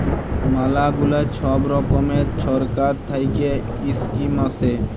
ম্যালা গুলা ছব রকমের ছরকার থ্যাইকে ইস্কিম আসে